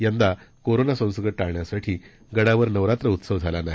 यंदा कोरोना संसर्ग टाळण्यासाठी गडावर नवरात्र उत्सव झाला नाही